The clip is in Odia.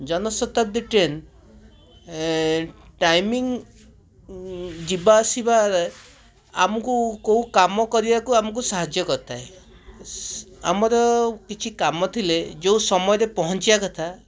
ଜନଶତାବ୍ଦୀ ଟ୍ରେନ ଏ ଟାଇମିଂ ଯିବାଆସିବାରେ ଆମକୁ କେଉଁ କାମ କରିବାକୁ ଆମକୁ ସାହାଯ୍ୟ କରିଥାଏ ଆମର କିଛି କାମଥିଲେ ଯେଉଁ ସମୟରେ ପହଞ୍ଚିବାକଥା